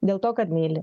dėl to kad myli